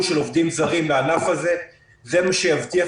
של עובדים זרים לענף הזה זה מה שיבטיח,